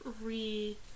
re